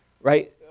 right